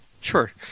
Sure